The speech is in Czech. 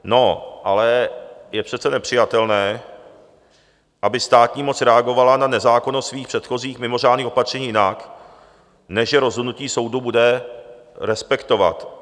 No ale je přece nepřijatelné, aby státní moc reagovala na nezákonnost svých předchozích mimořádných opatření jinak, než že rozhodnutí soudu bude respektovat.